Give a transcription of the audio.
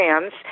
hands